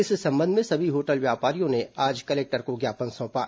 इस संबंध में सभी होटल व्यवसायियों ने आज कलेक्टर को ज्ञापन सौंपा